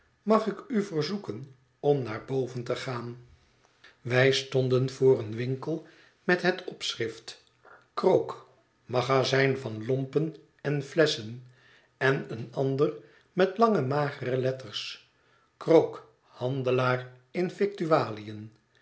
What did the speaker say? mag ik u verzoeken om naar boven te gaan wij stonden voor een winkel met het opschrift krook magazijn van lompen en elesschen en een ander met lange magere letters krook handelaar in